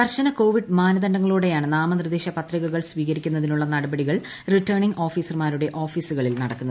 കർശന കോവിഡ് മാനദണ്ഡങ്ങളോടെയാണ് നാമനിർദേശ പത്രികകൾ സ്വീകരിക്കുന്നതിനുള്ള നടപടികൾ റിട്ടേണിങ് ഓഫിസർമാരുടെ ഓഫിസുകളിൽ നടക്കുന്നത്